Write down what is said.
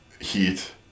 heat